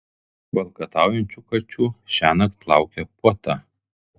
valkataujančių kačių šiąnakt laukia puota